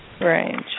range